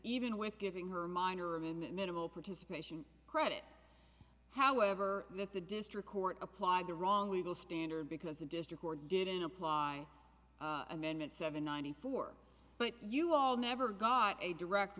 even with giving her minor or even minimal participation credit however that the district court applied the wrong legal standard because the district or didn't apply amendment seven ninety four but you all never got a direct